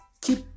keep